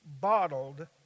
bottled